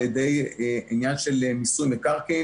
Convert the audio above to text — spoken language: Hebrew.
בעניין של מיסוי מקרקעין